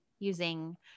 using